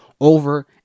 over